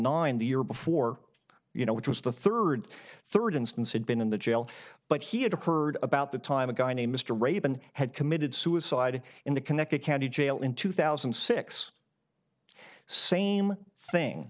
nine the year before you know which was the third third instance had been in the jail but he had heard about the time a guy named mr raven had committed suicide in the connected county jail in two thousand and six same thing